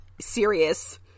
serious